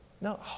no